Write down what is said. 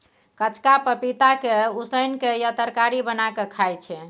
कचका पपीता के उसिन केँ या तरकारी बना केँ खाइ छै